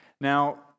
Now